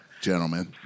gentlemen